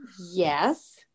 yes